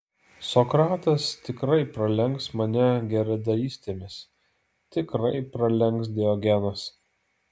sokratas tikrai pralenks mane geradarystėmis tikrai pralenks diogenas